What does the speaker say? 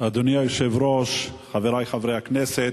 אדוני היושב-ראש, חברי חברי הכנסת,